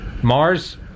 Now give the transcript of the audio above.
Mars